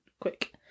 Quick